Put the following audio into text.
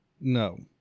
no